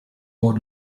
born